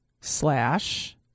slash